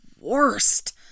worst